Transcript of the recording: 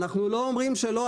אנחנו לא אומרים שלא,